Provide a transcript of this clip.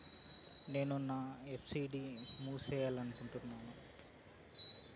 నేను నా ఎఫ్.డి ని మూసేయాలనుకుంటున్నాను